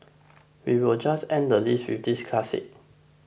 we'll just end the list with this classic